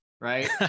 right